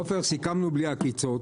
עופר, סיכמנו בלי עקיצות.